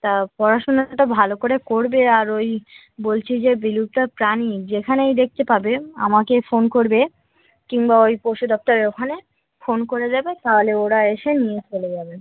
তা পড়াশোনাটা ভালো করে করবে আর ওই বলছি যে বিলুপ্ত প্রাণী যেখানেই দেখতে পাবে আমাকে ফোন করবে কিংবা ওই পশু দপ্তরের ওখানে ফোন করে দেবে তাহলে ওরা এসে নিয়ে চলে যাবে